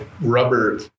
rubber